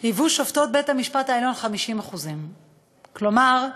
היה שיעור שופטות בית-המשפט העליון 50%. כלומר,